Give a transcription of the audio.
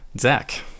zach